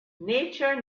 nature